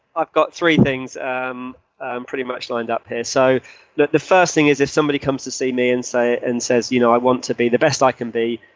i've got three things um and pretty much lined up here. so the the first thing is if somebody comes to see me and and says you know i want to be the best i can be,